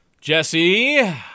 Jesse